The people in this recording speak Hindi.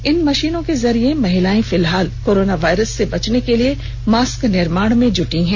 इन मशीनों के जरिए महिलाएं फिलहाल कोरोनावायरस से बचने के लिए मास्क निर्माण में जुटी हुई हैं